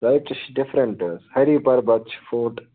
تۄہہِ تہِ چھُ ڈِفرَنٛٹ حظ ہری پَربَت چھُ فورٹ